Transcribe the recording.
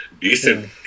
decent